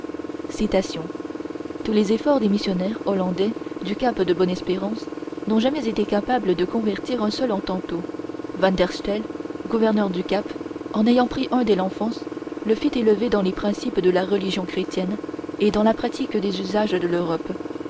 tous les efforts des missionnaires hollandais du cap de bonne-espérance n'ont jamais été capables de convertir un seul hottentot van der stel gouverneur du cap en ayant pris un dès l'enfance le fit élever dans les principes de la religion chrétienne et dans la pratique des usages de l'europe